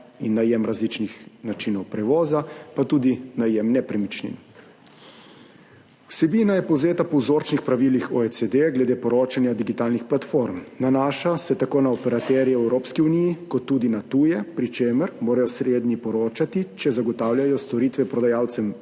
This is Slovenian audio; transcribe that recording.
in najem različnih načinov prevoza, pa tudi najem nepremičnin. Vsebina je povzeta po vzorčnih pravilih OECD glede poročanja digitalnih platform. Nanaša se tako na operaterje v Evropski uniji kot tudi na tuje, pri čemer morajo slednji poročati, če zagotavljajo storitve prodajalcem